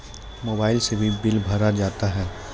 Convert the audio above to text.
Mobile से भी bill भरा जाता हैं?